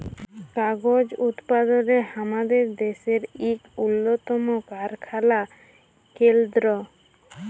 কাগজ উৎপাদলে আমাদের দ্যাশের ইক উল্লতম কারখালা কেলদ্র